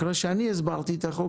אחרי שאני הסברתי את החוק,